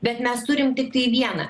bet mes turim tiktai vieną